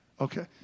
Okay